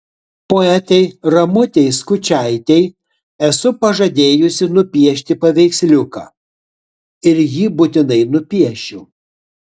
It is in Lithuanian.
poetei ramutei skučaitei esu pažadėjusi nupiešti paveiksliuką ir jį būtinai nupiešiu